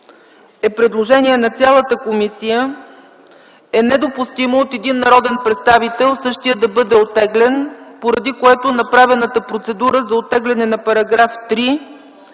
е предложение на цялата комисия, е недопустимо от един народен представител същия да бъде оттеглен, поради което направената процедура за оттегляне на § 3 е